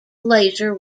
laser